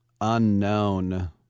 Unknown